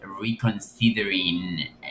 reconsidering